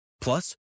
Plus